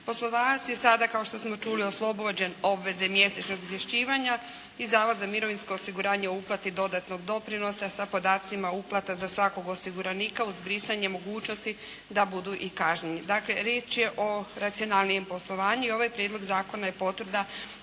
Poslodavac je sada kao što smo čuli oslobođen obveze mjesečnog izvješćivanja i Zavod za mirovinsko osiguranje o uplati dodatnog doprinosa sa podacima uplata za svakog osiguranika uz brisanje mogućnosti da budu i kažnjeni. Dakle, riječ je o racionalnijem poslovanju i ovaj prijedlog zakona je potvrda